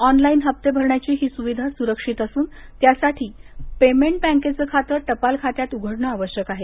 ऑनला ि हसे भरण्याची ही सुविधा सुरक्षित असून त्यासाठी पेमेंट बँकेचं खातं टपाल खात्यात उघडणं आवश्यक आहे